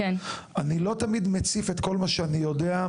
אני לא תמיד מציף את כל מה שאני יודע,